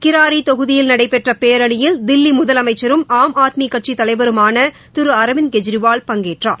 கிராரி தொகுதியில் நடைபெற்ற பேரணியில் தில்லி முதலமைச்சரும் ஆம் ஆத்மி கட்சி தலைவருமான திரு அரவிந்த் கெஜ்ரிவால் பங்கேற்றார்